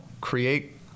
create